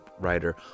writer